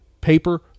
paper